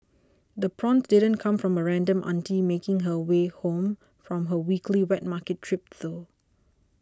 the prawns didn't come from a random auntie making her way home from her weekly wet market trip though